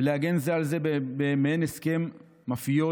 ולהגן זה על זה במעין הסכם מאפיוזי,